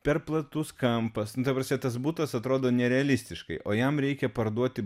per platus kampas nu ta prasme tas butas atrodo nerealistiškai o jam reikia parduoti